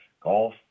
Golf